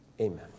Amen